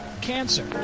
cancer